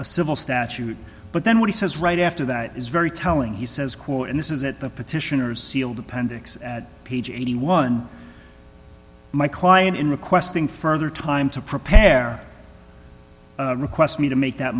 a civil statute but then what he says right after that is very telling he says quote and this is that the petitioners sealed appendix at page eighty one dollars my client in requesting further time to prepare request me to make that